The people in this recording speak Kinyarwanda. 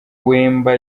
wemba